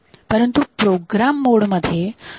परंतु program mode मध्ये तो एक्सेसीबल असतो